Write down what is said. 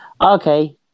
okay